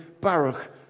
Baruch